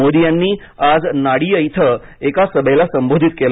मोदी यांनी आज नाडीया इथं एका सभेला संबोधित केल